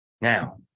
Now